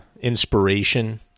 inspiration